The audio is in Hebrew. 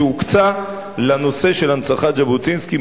הוא שהוקצו לנושא של הנצחת ז'בוטינסקי